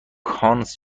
کانس